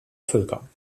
völker